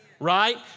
right